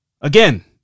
Again